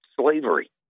slavery